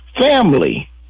family